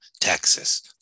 Texas